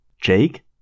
Jake